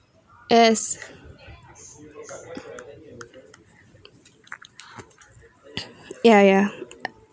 yes ya ya